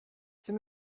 c’est